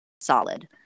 solid